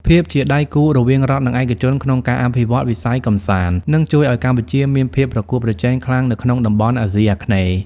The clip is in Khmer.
ភាពជាដៃគូរវាងរដ្ឋ និងឯកជនក្នុងការអភិវឌ្ឍវិស័យកម្សាន្ត នឹងជួយឱ្យកម្ពុជាមានភាពប្រកួតប្រជែងខ្លាំងនៅក្នុងតំបន់អាស៊ីអាគ្នេយ៍។